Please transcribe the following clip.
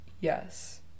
Yes